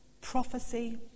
prophecy